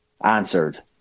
answered